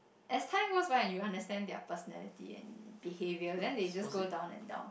as time goes by you understand their personality and behavior then they just go down and down